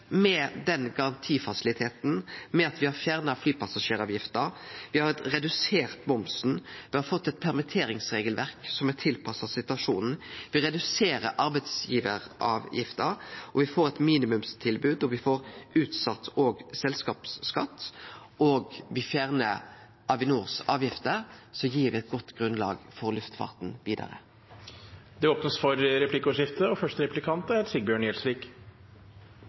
Med den garantifasiliteten, med at me har fjerna flypassasjeravgifta, at me har redusert momsen, at me har fått eit permitteringsregelverk som er tilpassa situasjonen, at me reduserer arbeidsgivaravgifta, at me får eit minimumstilbod, at me får utsett òg selskapsskatt, og at me fjernar Avinors avgifter, gir me eit godt grunnlag for luftfarten vidare. Det blir replikkordskifte. Vi i Senterpartiet er veldig glad for